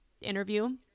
interview